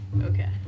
Okay